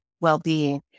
well-being